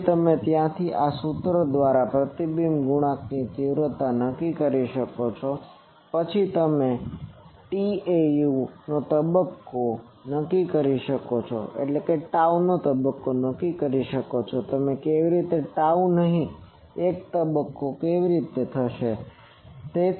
પછી ત્યાંથી તમે આ સૂત્ર દ્વારા પ્રતિબિંબ ગુણાંકની તીવ્રતા નક્કી કરો છો પછી તમે tau નો તબક્કો નક્કી કરો છો કે તમે કેવી રીતે tau નહીં એક તબક્કો કેવી રીતે કરશો કેવી રીતે